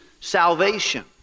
salvation